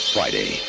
Friday